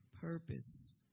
purpose